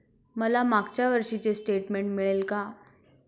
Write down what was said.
मला मागच्या वर्षीचे स्टेटमेंट मिळेल का?